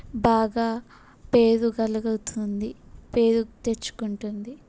బాగా పెరుగగలుగుతుంది పేరు తెచ్చుకుంటుంది